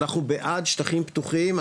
אנחנו בעד שטחים פתוחים,